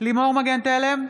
לימור מגן תלם,